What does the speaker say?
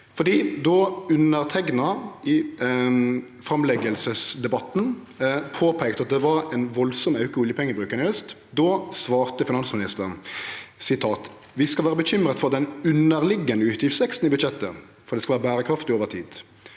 Då eg i framleggingsdebatten i haust peika på at det var ein veldig auke i oljepengebruken, svarte finansministeren: «Vi skal være bekymret for den underliggende utgiftsveksten i budsjettet, for det skal være bærekraftig over tid.»